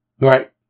Right